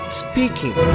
speaking